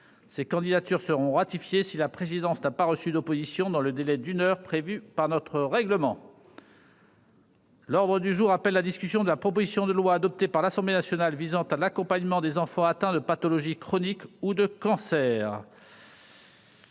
Ces candidatures seront ratifiées si la présidence n'a pas reçu d'opposition dans le délai d'une heure prévu par notre règlement. L'ordre du jour appelle la discussion, à la demande du groupe Union Centriste, de la proposition de loi, adoptée par l'Assemblée nationale, visant à l'accompagnement des enfants atteints de pathologie chronique ou de cancer